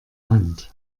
hand